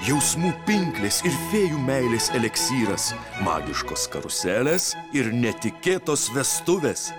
jausmų pinklės ir fėjų meilės eliksyras magiškos karuselės ir netikėtos vestuvės